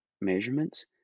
measurements